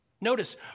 Notice